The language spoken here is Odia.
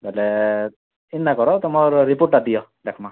ବେଲେ ଏନ୍ତା କର ତୁମର ରିପୋର୍ଟଟା ଦିଅ ଦେଖମା